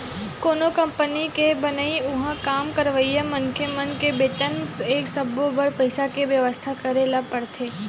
कोनो कंपनी के बनई, उहाँ काम करइया मनखे मन के बेतन ए सब्बो बर पइसा के बेवस्था करे ल परथे